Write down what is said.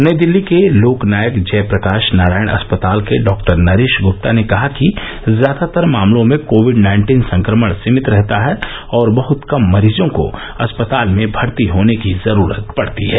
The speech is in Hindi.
नई दिल्ली के लोकनायक जयप्रकाश नारायण अस्पताल के डॉक्टर नरेश गुप्ता ने कहा कि ज्यादातर मामलों में कोविड नाइन्टीन संक्रमण सीमित रहता है और बहत कम मरीजों को अस्पताल में भर्ती होने की जरूरत पड़ती है